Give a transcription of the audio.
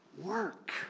work